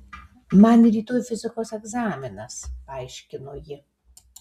man rytoj fizikos egzaminas paaiškino ji